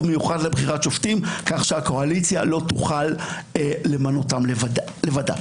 מיוחד לבחירת שופטים כך שהקואליציה לא תוכל למנותם לבדה.